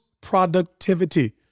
productivity